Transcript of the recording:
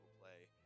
play